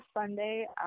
Sunday